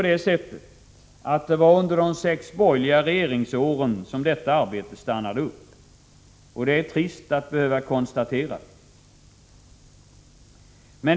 Det var ändå under de sex borgerliga regeringsåren som reformarbetet stannade upp. Det är trist att behöva konstatera detta.